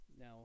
now